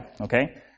Okay